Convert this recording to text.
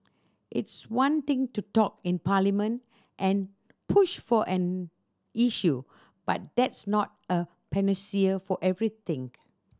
it's one thing to talk in Parliament and push for an issue but that's not a panacea for everything